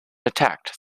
attacked